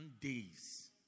days